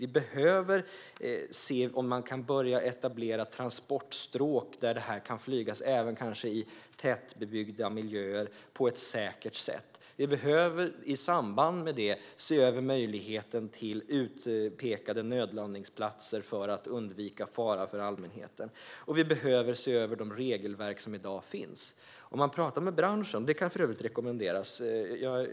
Vi behöver se om man kan börja etablera transportstråk där det här kan flygas, kanske även i tätbebyggda miljöer, på ett säkert sätt. Vi behöver i samband med det se över möjligheten till utpekade nödlandningsplatser för att undvika fara för allmänheten, och vi behöver se över de regelverk som i dag finns. Man kan prata med branschen, vilket för övrigt kan rekommenderas.